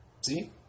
See